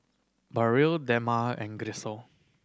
Burrell Dema and Grisel